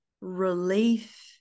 relief